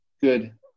good